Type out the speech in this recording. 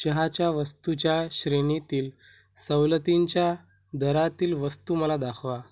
चहाच्या वस्तूच्या श्रेणीतील सवलतींच्या दरातील वस्तू मला दाखवा